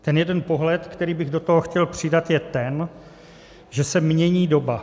Ten jeden pohled, který bych do toho chtěl přidat, je ten, že se mění doba.